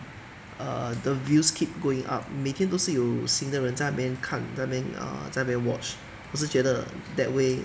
err the views keep going up 每天都是有新的人在那边看在那边 err 在那边 watch 我是觉得 that way